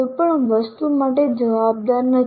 કોઈ પણ વસ્તુ માટે જવાબદાર નથી